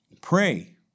pray